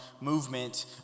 movement